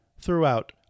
throughout